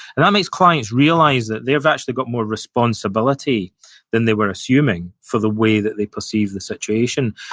and makes clients realize that they have actually got more responsibility than they were assuming for the way that they perceive the situation.